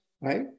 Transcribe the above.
right